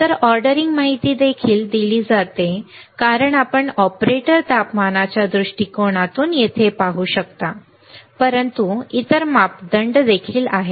तर ऑर्डरिंग माहिती देखील दिली जाते कारण आपण ऑपरेटर तापमानाच्या दृष्टिकोनातून येथे पाहू शकता परंतु इतर मापदंड देखील आहेत